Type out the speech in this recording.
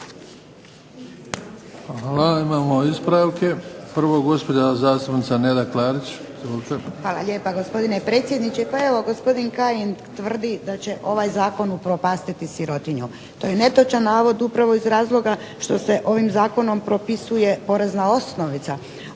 Hvala. Imamo ispravke. Prvo gospođa zastupnica Neda Klarić. Izvolite. **Klarić, Nedjeljka (HDZ)** Hvala lijepa gospodine predsjedniče. Pa evo gospodin Kajin tvrdi da će ovaj zakon upropastiti sirotinju. To je netočan navod upravo iz razloga što se ovim zakonom propisuje porezna osnovica.